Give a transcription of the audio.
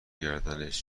گردنش